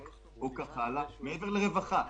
עכשיו,